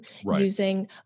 using